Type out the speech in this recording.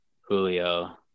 Julio